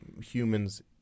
humans